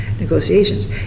negotiations